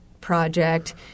project